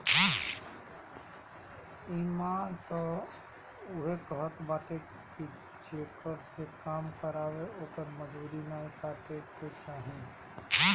इमान तअ इहे कहत बाटे की जेकरा से काम करावअ ओकर मजूरी नाइ काटे के चाही